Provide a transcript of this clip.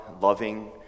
loving